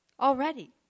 Already